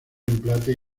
empate